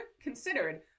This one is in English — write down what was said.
considered